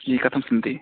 जी कथं सन्ति